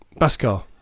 Baskar